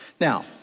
Now